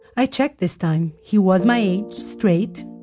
i checked this time he was my age, straight,